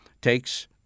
takes